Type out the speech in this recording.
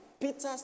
Peter's